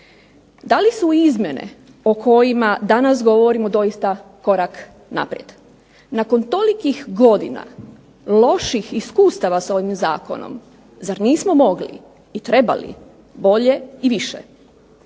Da li su izmjene o kojima danas govorimo doista korak naprijed? Nakon tolikih godina loših iskustava sa ovim Zakonom zar nismo mogli i trebali bolje i više.